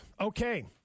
Okay